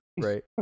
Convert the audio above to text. right